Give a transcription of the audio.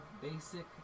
basic